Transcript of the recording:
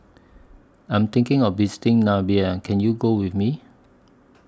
I Am thinking of visiting Namibia Can YOU Go with Me